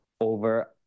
over